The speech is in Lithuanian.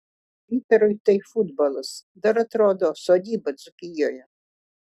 vytarui tai futbolas dar atrodo sodyba dzūkijoje